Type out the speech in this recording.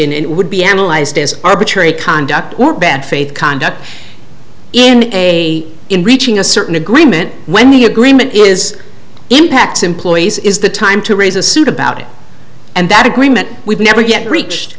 in it would be analyzed as arbitrary conduct or bad faith conduct in a in reaching a certain agreement when the agreement is impacts employees is the time to raise a suit about it and that agreement we've never yet reached